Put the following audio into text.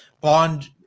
Bond